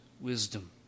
wisdom